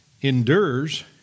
endures